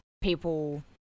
People